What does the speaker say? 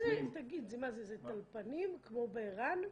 זה טלפנים כמו בער"ן?